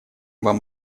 вам